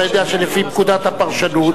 אתה יודע שלפי פקודת הפרשנות,